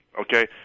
Okay